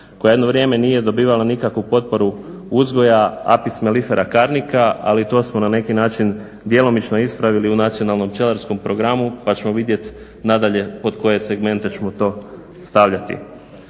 koja jedno vrijeme nije dobivala nikakvu potporu uzgoja … ali to smo na neki način djelomično ispravili u nacionalom pčelarskom programu pa ćemo vidjeti nadalje pod koje segmente ćemo to stavljati.